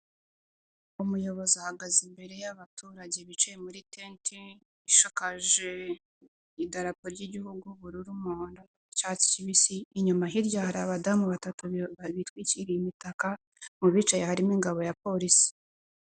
Umuyobozi ahagaze imbere y'abaturage bicaye muri tente ishakakaje idarapo ry'igihugu ubururu, umuhondo, icyatsi kibisi, inyuma hirya hari abadamu batatu bitwikiriye imitaka, mu bicaye harimo ingabo ya Polisi.